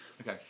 Okay